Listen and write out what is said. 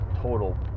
total